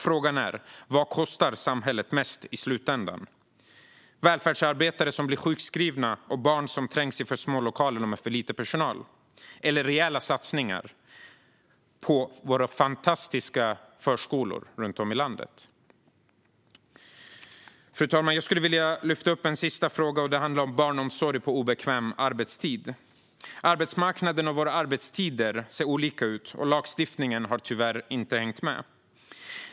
Frågan är vad som kostar samhället mest i slutändan - välfärdsarbetare som blir sjukskrivna och barn som trängs i för små lokaler med för lite personal eller rejäla satsningar på vår fantastiska förskoleverksamhet runt om i landet. Fru talman! Jag skulle vilja lyfta upp en sista fråga. Den handlar om barnomsorg på obekväm arbetstid. Arbetsmarknaden och våra arbetstider ser olika ut, och lagstiftningen har tyvärr inte hängt med.